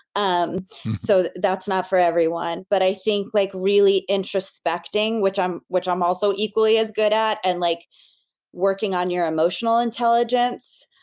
um so that's not for everyone but i think like really introspecting, which i'm which i'm also equally as good at, and like working on your emotional intelligence,